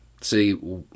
See